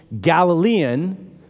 Galilean